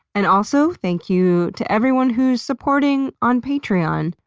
and also thank you to everyone who's supporting on patreon.